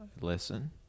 Listen